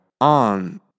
on